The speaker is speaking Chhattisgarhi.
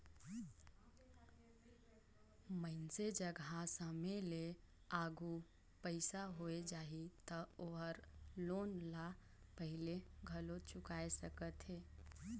मइनसे जघा समे ले आघु पइसा होय जाही त ओहर लोन ल पहिले घलो चुकाय सकथे